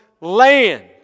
land